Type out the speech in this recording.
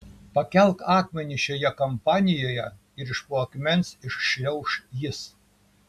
pakelk akmenį šioje kampanijoje ir iš po akmens iššliauš jis